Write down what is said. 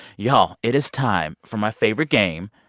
y'all, it is time for my favorite game,